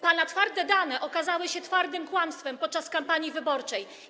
Pana twarde dane okazały się twardym kłamstwem podczas kampanii wyborczej.